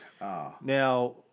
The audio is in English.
Now